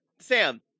Sam